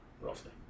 Roughly